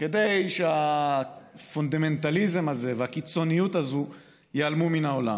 כדי שהפונדמנטליזם הזה והקיצוניות הזו ייעלמו מן העולם.